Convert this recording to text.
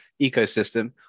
ecosystem